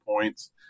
points